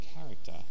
character